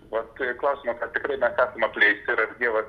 vat klausimas ar tikrai mes esam apleisti ir ar dievas